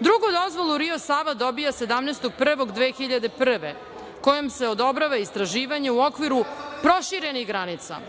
Drugu dozvolu Rio Sava dobija 17.1.2001. godine kojom se odobrava istraživanje u okviru proširenih granica,